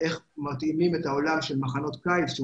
אין מתאימים את העולם של מחנות קיץ.